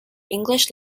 english